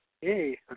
hey